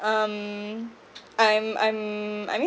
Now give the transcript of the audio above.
um I'm I'm I mean